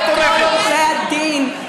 בכל עורכי הדין,